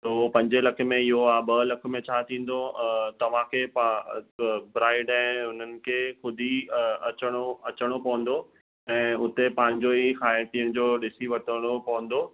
त उहो पंज लख में इहो आहे ॿ लख में छा थींदो तव्हांखे ब्राइडै हुननि खे खुदि ई अचिणो अचिणो पवंदो ऐं हुते पंहिंजो ही खाइण पीअण जो ॾिसी वठिणो पवंदो